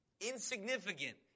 Insignificant